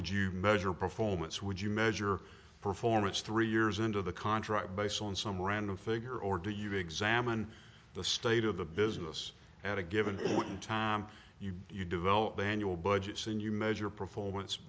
would you measure performance would you measure performance three years into the contract based on some random figure or do you examine the state of the business at a given point in time you develop annual budgets and you measure performance